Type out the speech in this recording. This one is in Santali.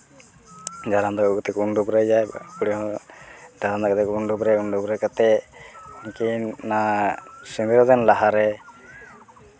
ᱡᱟᱱᱟᱢ ᱫᱟᱜ ᱟᱹᱜᱩ ᱠᱟᱛᱮ ᱠᱚ ᱩᱢ ᱰᱟᱹᱵᱨᱟᱹᱭᱮᱭᱟ ᱠᱩᱲᱤ ᱦᱚᱸ ᱡᱟᱱᱟᱢ ᱫᱟᱜ ᱛᱮᱠᱚ ᱩᱢᱼᱰᱟᱹᱵᱨᱟᱹᱭᱮᱭᱟ ᱩᱢᱼᱰᱟᱹᱵᱨᱟᱹ ᱠᱟᱛᱮ ᱩᱱᱠᱤᱱ ᱚᱱᱟ ᱥᱤᱸᱫᱽᱨᱟᱹ ᱫᱟᱱ ᱞᱟᱦᱟ ᱨᱮ